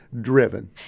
driven